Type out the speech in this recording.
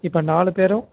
இப்போ நாலு பேரும்